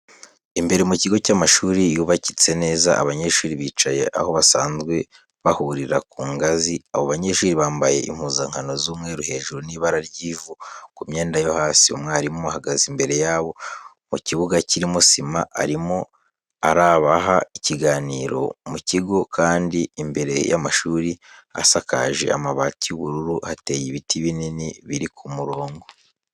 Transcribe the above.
Imbere mu kigo cy'amashuri yubakitse neza, abanyeshuri bicaye aho basanzwe bahurira ku ngazi. Abo banyeshuri bambaye impuzankano z'umweru hejuru n'ibara ry'ivu ku myenda yo hasi. Umwarimu ahagaze imbere ya bo, mu kibuga kirimo sima, arimo arabaha ikiganiro. Mu kigo kandi imbere y'amashuri, asakaje amabati y'ubururu, hateye ibiti binini biri ku murongo.